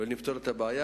ונפתור את הבעיה.